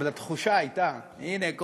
אבל התחושה הייתה שהנה,